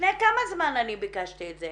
לפני כמה זמן ביקשתי את זה?